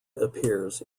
appears